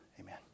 amen